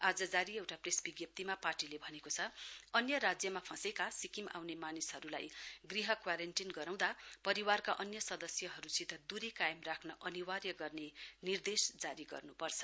आज जारी एउटा प्रेस विज्ञप्तिमा पार्टीले भनेको छ अन्य राज्यमा फँसेका सिक्किम आउने मानिसहरूलाई ग़ह क्वारिन्टिन गराउँदा परिवारका अन्य सदस्यहरूसित द्री कायम राख्र अनिवार्य गर्ने निर्देश जारी गर्नुपर्छ